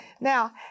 Now